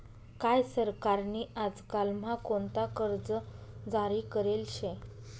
काय सरकार नी आजकाल म्हा कोणता कर्ज जारी करेल शे